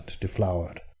deflowered